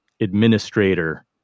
administrator